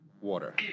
water